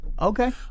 Okay